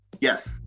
Yes